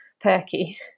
Perky